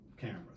cameras